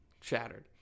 shattered